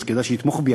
אז כדאי שיתמוך בי,